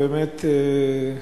באמת,